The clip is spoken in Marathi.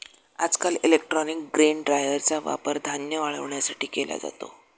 आजकाल इलेक्ट्रॉनिक ग्रेन ड्रायरचा वापर धान्य वाळवण्यासाठी केला जातो